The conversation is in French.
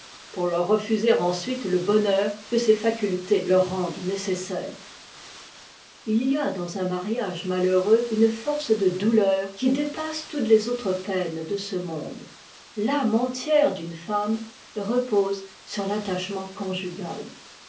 pour leur refuser ensuite le bonheur que ces facultés leur rendent nécessaire j y a dans un mariage malheureux une force de douleur qui dépasse toutes les autres peines de ce monde l'âme entière d'une femme repose sur l'attachement conjugal